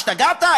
השתגעת?